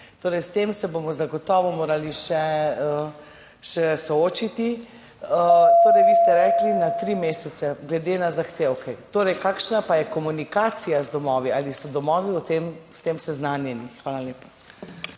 Torej, s tem se bomo zagotovo morali še še soočiti. Vi ste rekli, na tri mesece, glede na zahtevke. Zanima me: Kakšna pa je komunikacija z domovi? Ali so domovi s tem seznanjeni? Hvala lepa.